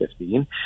2015